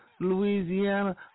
Louisiana